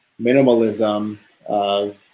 minimalism